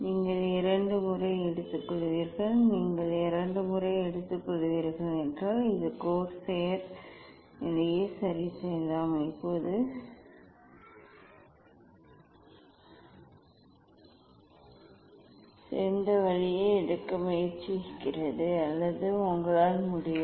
நீங்கள் இரண்டு முறை எடுத்துக்கொள்வீர்கள் நீங்கள் இரண்டு முறை எடுத்துக்கொள்வீர்கள் இந்த கோர்செய்ர் நிலையை சரிசெய்யலாம் இப்போது சிறந்த வழியை எடுக்க முயற்சிக்கிறது அல்லது உங்களால் முடியும்